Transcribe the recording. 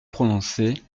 prononcer